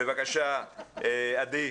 בבקשה, עדי,